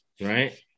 right